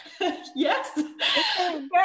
yes